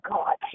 God